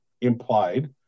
implied